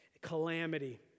Calamity